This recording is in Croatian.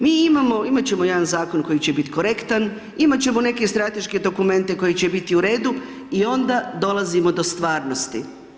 Mi imamo, imati ćemo jedan zakon koji će biti korektan, imati ćemo neke strateške dokumente koji će biti u redu i onda dolazimo do stvarnosti.